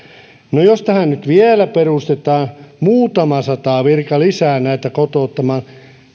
no jos nyt vielä perustetaan muutama sata virkaa lisää näitä kotouttamaan